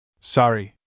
Sorry